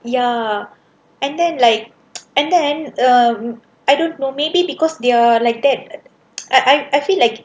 ya and then like and then um I don't know maybe because they're like that I I feel like